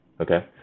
okay